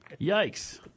Yikes